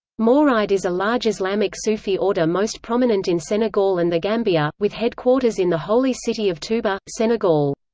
mouride is a large islamic sufi order most prominent in senegal and the gambia, with headquarters in the holy city of touba, senegal.